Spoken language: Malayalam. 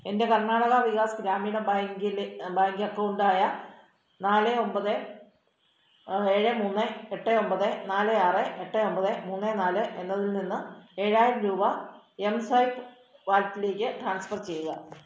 എൻ്റെ കർണാടക വികാസ് ഗ്രാമീണ ബാങ്ക് അക്കൗണ്ടായ നാല് ഒൻപത് ഏഴ് മൂന്ന് എട്ട് ഒൻപത് നാല് ആറ് എട്ട് ഒമ്പത് മൂന്ന് നാല് എന്നതിൽ നിന്ന് ഏഴായിരം രൂപ എം സ്വൈപ്പ് വാലറ്റിലേക്ക് ട്രാൻസ്ഫർ ചെയ്യുക